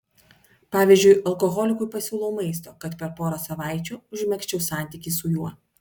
pavyzdžiui alkoholikui pasiūlau maisto kad per porą savaičių užmegzčiau santykį su juo